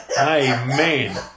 Amen